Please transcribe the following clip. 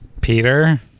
peter